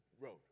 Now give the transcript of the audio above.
road